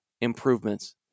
improvements